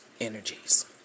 energies